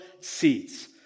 seeds